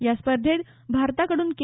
या स्पर्धेत भारताकडून के